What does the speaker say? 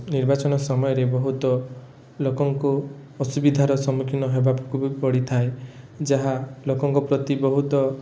ନିର୍ବାଚନ ସମୟରେ ବହୁତ ଲୋକଙ୍କୁ ଅସୁବିଧାର ସମ୍ମୁଖୀନ ହେବାକୁ ବି ପଡ଼ିଥାଏ ଯାହା ଲୋକଙ୍କ ପ୍ରତି ବହୁତ